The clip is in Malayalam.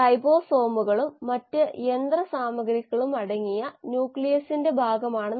വാസ്തവത്തിൽ സബ്സ്ട്രേറ്റ് മിശ്രിതമുണ്ടെങ്കിൽ പലതവണ കോശങ്ങൾ ഗ്ലൂക്കോസിനെ ഇഷ്ടപ്പെടുന്നു